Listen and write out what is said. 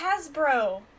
Hasbro